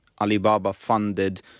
Alibaba-funded